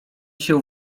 się